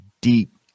deep